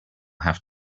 have